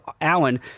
Allen